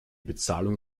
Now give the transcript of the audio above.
bezahlung